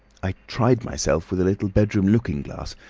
i tried myself with a little bedroom looking-glass,